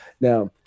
Now